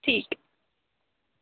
ठीक